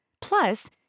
Plus